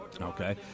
Okay